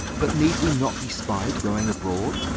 but need we not be spied going aboard?